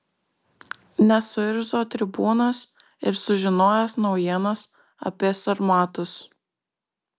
nesuirzo tribūnas ir sužinojęs naujienas apie sarmatus